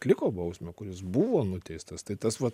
atliko bausmę kuris buvo nuteistas tai tas vat